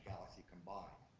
galaxy combined.